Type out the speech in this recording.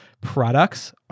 products